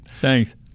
Thanks